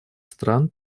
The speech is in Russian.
стран